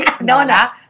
Nona